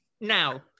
Now